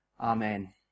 Amen